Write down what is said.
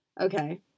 Okay